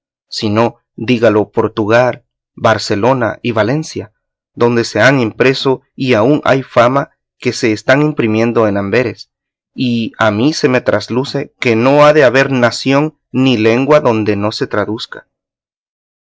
no dígalo portugal barcelona y valencia donde se han impreso y aun hay fama que se está imprimiendo en amberes y a mí se me trasluce que no ha de haber nación ni lengua donde no se traduzga